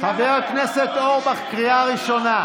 חבר הכנסת אורבך, קריאה ראשונה.